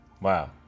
Wow